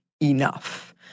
enough